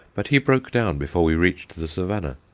but he broke down before we reached the savannah.